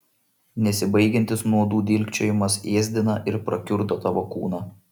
nesibaigiantis nuodų dilgčiojimas ėsdina ir prakiurdo tavo kūną